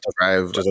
drive